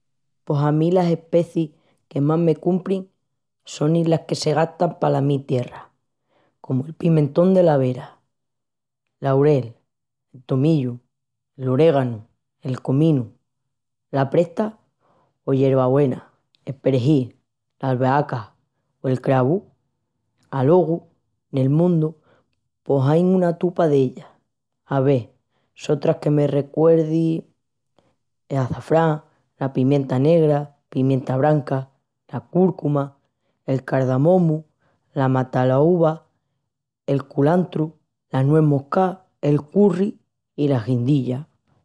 Pos a mí las especis que más me cumprin sonin las que se gastan pala mi tierra, comu'l pimientón dela Vera, l'aurel, el tomillu, l'oriéganu, el cominu, la presta o yervagüena, el perejil, l'albeaca o el cravu. Alogu nel mundu pos ain una tupa d'ellas. Ave sotras que me recuerdi... açafrán, pimienta negra, pimienta branca, la cúrcuma, el cardamomu, la matalaúva, el culantru, la nues moscá, el curri i las guindillas...